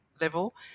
level